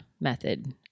method